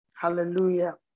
Hallelujah